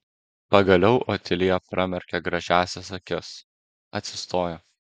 pagaliau otilija pramerkė gražiąsias akis atsistojo